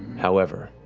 however,